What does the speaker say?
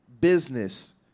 business